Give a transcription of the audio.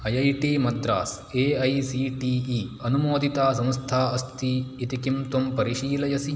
I I T Madras A A C T E अनुमोदिता संस्था अस्ति इति किं त्वं परिशीलयसि